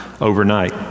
overnight